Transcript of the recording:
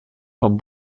von